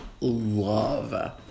love